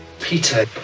Peter